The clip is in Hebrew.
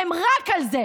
הן רק על זה,